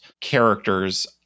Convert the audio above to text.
characters